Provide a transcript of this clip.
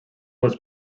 was